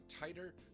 tighter